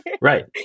right